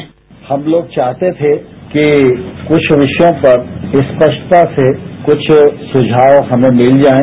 bite हम लोग चाहते थे कि कुछ विषयों पर स्पष्टता से कुछ सुझाव हमें मिल जाएं